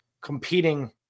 competing